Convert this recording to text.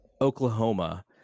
oklahoma